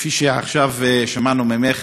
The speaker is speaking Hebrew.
כפי שעכשיו שמענו ממך,